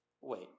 wait